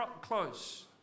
close